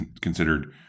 considered